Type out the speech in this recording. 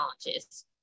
challenges